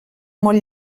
molt